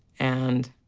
and.